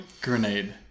grenade